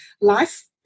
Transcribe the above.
life